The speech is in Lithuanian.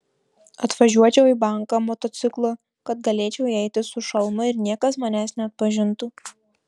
atvažiuočiau į banką motociklu kad galėčiau įeiti su šalmu ir niekas manęs neatpažintų